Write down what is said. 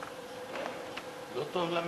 ההצעה שלא לכלול את הנושא בסדר-היום של הכנסת נתקבלה.